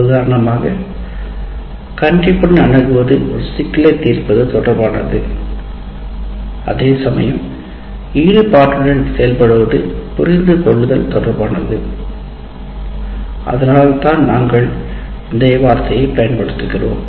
உதாரணமாக கண்டிப்புடன் அணுகுவது ஒரு சிக்கலைத் தீர்ப்பது தொடர்பானது அதேசமயம் ஈடுபாட்டுடன் செயல்படுவது புரிந்து கொள்ளுதல் தொடர்பானது அதனால்தான் நாங்கள் இந்த வார்த்தையைப் பயன்படுத்துகிறோம்